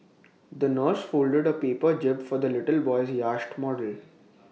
the nurse folded A paper jib for the little boy's yacht model